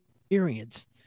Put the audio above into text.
experience